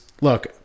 look